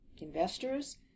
investors